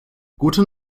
guten